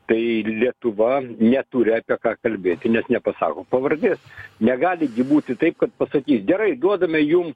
tai lietuva neturi apie ką kalbėti nes nepasako pavardės negali būti taip kad pasakys gerai duodame jum